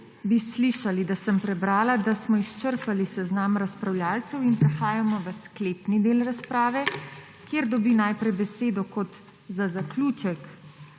bi slišali, da sem prebrala, da smo izčrpali seznam razpravljavcev in prehajamo v sklepni del razprave, kjer dobi najprej besedo za zaključek